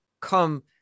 come